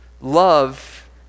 Love